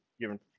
given